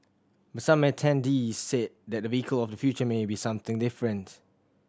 but some attendees said that the vehicle of the future may be something different